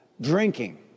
drinking